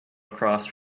across